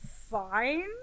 fine